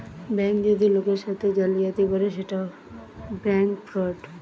bank যদি লোকের সাথে জালিয়াতি করে সেটা ব্যাঙ্ক ফ্রড